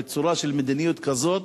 בצורה של מדיניות כזאת,